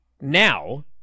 now